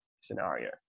scenario